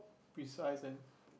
precise and